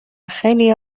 خیلی